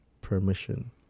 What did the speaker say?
permission